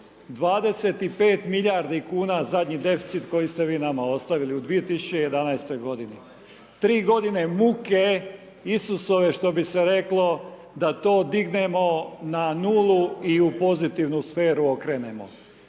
25 milijardi kuna zadnji deficit koji ste vi nama ostavili u 2011. g. Tri godine muke Isusove, što bi se reklo, da to dignemo na nulu i u pozitivnu sferu okrenemo.